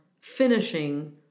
finishing